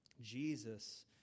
Jesus